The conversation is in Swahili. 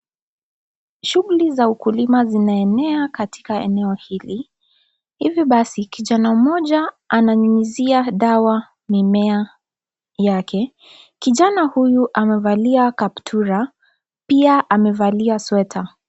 Shughuli za ukulima zinaenea katika eneo hili. Hivi basi kijana mmoja ananyunyuzia dawa mimea yake. Kijana huyu amevalia kaptura pia amevalia sweta.